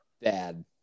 bad